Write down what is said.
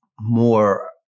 more